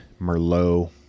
Merlot